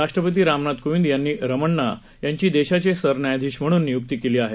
राष्ट्रपती रामनाथ कोविंद यांनी रमणा यांची देशाचे सरन्यायाधीश म्हणून नियुक्ती केली आहे